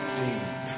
deep